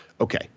Okay